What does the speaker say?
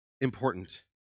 important